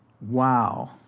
Wow